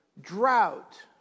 drought